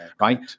Right